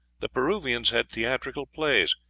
the peruvians had theatrical plays.